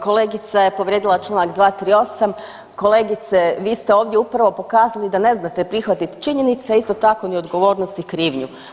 Kolegica je povrijedila čl. 238, kolegice, vi ste ovdje upravo pokazali da ne znate prihvatiti činjenice, isto tako ni odgovornost i krivnju.